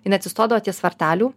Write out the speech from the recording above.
jinai atsistodavo ties vartelių